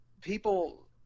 people